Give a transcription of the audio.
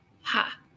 Ha